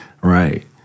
Right